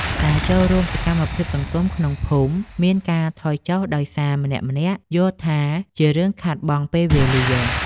ការចូលរួមសកម្មភាពសង្គមក្នុងភូមិមានការថយចុះដោយសារម្នាក់ៗយល់ថា ជារឿងខាតបង់ពេលវេលា។